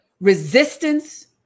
resistance